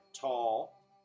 tall